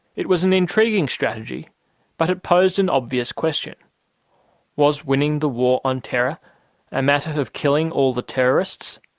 it was an intriguing strategy but it posed an obvious question was winning the war on terror a matter of killing all the terrorists?